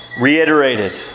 reiterated